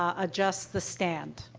ah adjust the stand.